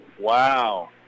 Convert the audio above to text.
Wow